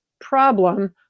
problem